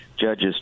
judges